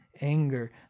anger